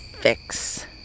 fix